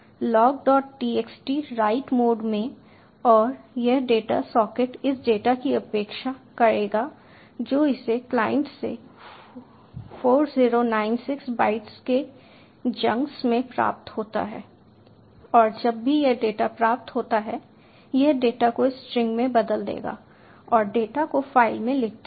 तो data logtxt write mode में और यह डेटा सॉकेट उस डेटा की अपेक्षा करेगा जो इसे क्लाइंट से 4096 बाइट्स के जंक्स में प्राप्त होता है और जब भी यह डेटा प्राप्त होता है यह डेटा को स्ट्रिंग में बदल देगा और डेटा को फाइल में लिख देगा